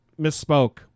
misspoke